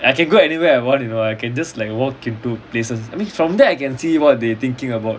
I can go anywhere I want you know I can just like walk into places I mean from there I can see what they thinking about